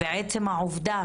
עצם העובדה